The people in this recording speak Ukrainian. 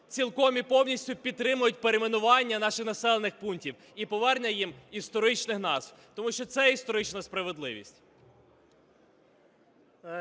цілком і повністю підтримують перейменування наших населених пунктів і повернення їм історичних назв, тому що це історична справедливість.